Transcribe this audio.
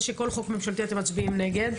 שעל כל חוק ממשלתי אתם מצביעים נגד.